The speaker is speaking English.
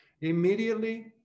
immediately